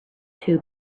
too